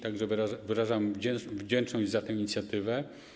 Tak że wyrażam wdzięczność za tę inicjatywę.